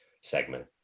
segment